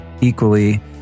equally